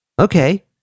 Okay